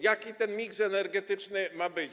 Jaki ten miks energetyczny ma być?